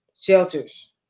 shelters